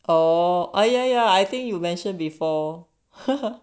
oh I yeah yeah I think you mentioned before